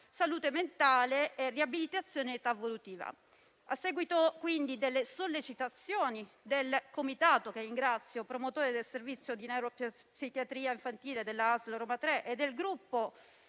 salute mentale e riabilitazione dell'età evolutiva. A seguito, quindi, delle sollecitazioni del comitato, che ringrazio, promotore del servizio di neuropsichiatria infantile della ASL Roma 3 e dei Gruppi